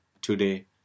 today